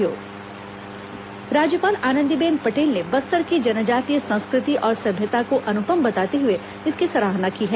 राज्यपाल बस्तर प्रवास राज्यपाल आनंदीबेन पटेल ने बस्तर की जनजातीय संस्कृति और सभ्यता को अनुपम बताते हुए इसकी सराहना की है